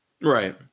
Right